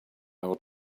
ought